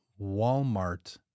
Walmart